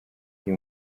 uyu